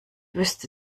wüsste